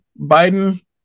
Biden